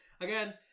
again